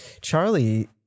Charlie